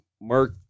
Mark